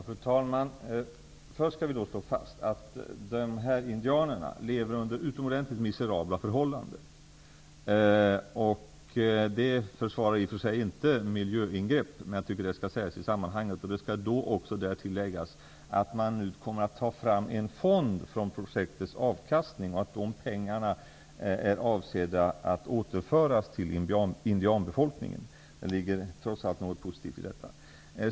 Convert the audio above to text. Fru talman! Först skall vi slå fast att dessa indianer lever under utomordentligt miserabla förhållanden. Det försvarar i och för sig inte miljöingrepp, men jag tycker ändå att detta skall sägas i sammanhanget. Därtill skall även läggas att man nu kommer att ta fram en fond från projektets avkastning och att dessa pengar är avsedda att återföras till indianbefolkningen. Det ligger trots allt något positivt i detta.